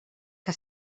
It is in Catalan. que